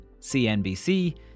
CNBC